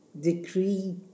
decree